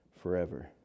forever